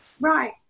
Right